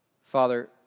Father